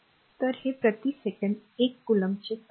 तर हे प्रति सेकंद 1 कोलॉम्बचेच असेल